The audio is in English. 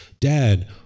dad